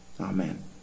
Amen